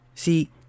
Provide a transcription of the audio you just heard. See